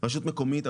רשות מקומית,